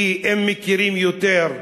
כי אם מכירים יותר,